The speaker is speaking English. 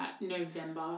November